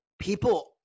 people